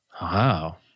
Wow